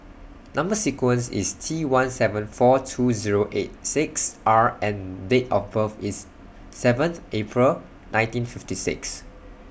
Number sequence IS T one seven four two Zero eight six R and Date of birth IS seventh April nineteen fifty six